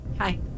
Hi